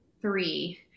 three